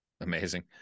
Amazing